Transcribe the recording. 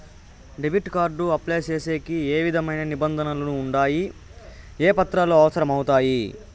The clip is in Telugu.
డెబిట్ కార్డు అప్లై సేసేకి ఏ విధమైన నిబంధనలు ఉండాయి? ఏ పత్రాలు అవసరం అవుతాయి?